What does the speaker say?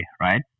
right